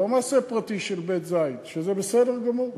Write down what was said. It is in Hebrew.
זה לא מעשה פרטי של בית-זית, שזה בסדר גמור.